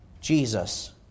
Jesus